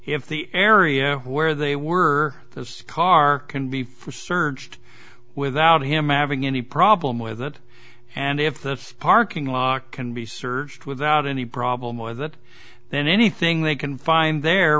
if the area where they were the car can be for searched without him having any problem with it and if the parking lot can be searched without any problem or that then anything they can find there